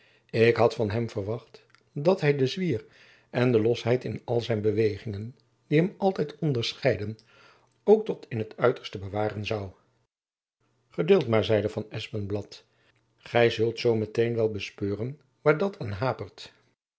ik had van hem verwacht dat hy den zwier en de losheid in al zijn bewegingen die hem altijd onderscheidden ook tot in t uiterste bewaren zoû geduld maar zeide van espenblad gy zult zoo met-een wel bespeuren waar dat aan hapert